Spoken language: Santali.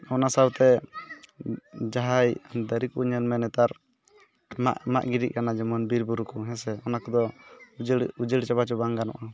ᱚᱱᱟ ᱥᱟᱶᱛᱮ ᱡᱟᱦᱟᱸᱭ ᱫᱟᱨᱮ ᱠᱚ ᱧᱮᱞᱢᱮ ᱱᱮᱛᱟᱨ ᱢᱟᱜ ᱢᱟᱜ ᱜᱤᱰᱤᱜ ᱠᱟᱱᱟ ᱡᱮᱢᱚᱱ ᱵᱤᱨ ᱵᱩᱨᱩ ᱠᱚ ᱦᱮᱸᱥᱮ ᱚᱱᱟ ᱠᱚᱫᱚ ᱩᱡᱟᱹᱲ ᱩᱡᱟᱹᱲ ᱪᱟᱵᱟ ᱦᱚᱪᱚ ᱵᱟᱝ ᱜᱟᱱᱚᱜᱼᱟ